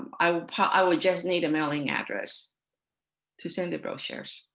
i would i would just need a mailing address to send a brochure.